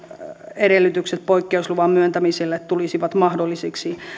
edellytykset poikkeusluvan myöntämiselle tulisivat mahdollisiksi